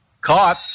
Caught